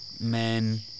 men